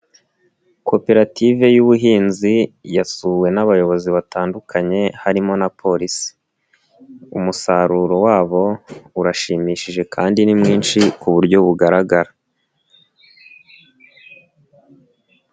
Koperative y'ubuhinzi yasuwe n'abayobozi batandukanye harimo na Polisi, umusaruro wabo urashimishije kandi ni mwinshi ku buryo bugaragara.